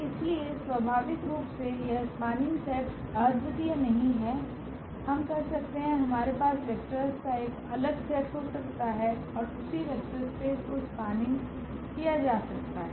इसलिए स्वाभाविक रूप से यह स्पनिंग सेट अद्वितीय नहीं हैं हम कर सकते हैं हमारे पास वेक्टर्स का एक अलग सेट हो सकता है और उसी वेक्टर स्पेस को स्पनिंग किया जा सकता है